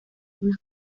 unas